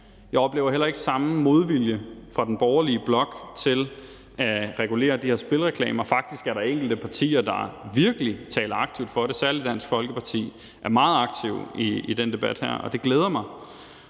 Jeg oplever heller ikke samme modvilje fra den borgerlige blok mod at regulere de her spilreklamer. Faktisk er der enkelte partier, der virkelig taler aktivt for det. Særlig Dansk Folkeparti er meget aktive i den debat her, og det glæder mig.